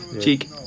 cheek